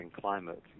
climate